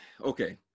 okay